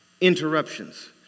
Interruptions